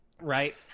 Right